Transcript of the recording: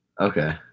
Okay